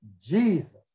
Jesus